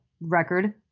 record